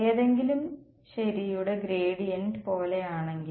എന്തെങ്കിലും ശരിയുടെ ഗ്രേഡിയന്റ് പോലെയാണെങ്കിൽ